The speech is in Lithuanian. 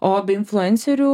o be influencerių